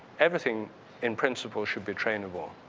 everything in principle should be trainable.